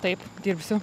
taip dirbsiu